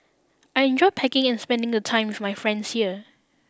I enjoy packing and spending the time with my friends here